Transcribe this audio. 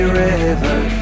river